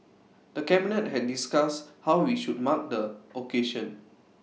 the cabinet had discussed how we should mark the occasion